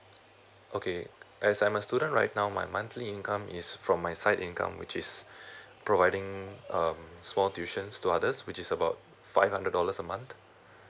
okay as I'm a student right now my monthly income is from my side income which is providing um small tuitions to others which is about five hundred dollars a month